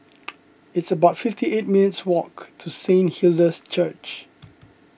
it's about fifty eight minutes' walk to Saint Hilda's Church